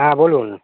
হ্যাঁ বলুন